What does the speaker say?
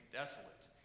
desolate